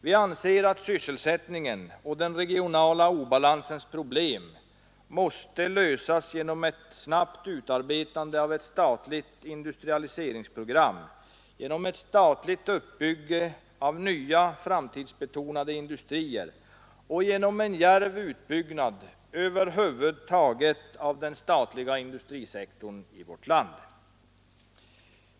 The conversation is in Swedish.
Vi anser att sysselsättningens och den regionala obalansens problem måste lösas genom ett snabbt utarbetande av ett statligt industrialiseringsprogram, genom ett statligt uppbyggande av nya framtidsbetonade industrier och genom en djärv utbyggnad över huvud taget av den statliga industrisektorn i vårt land.